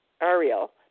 Ariel